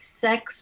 sex